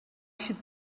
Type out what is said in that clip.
should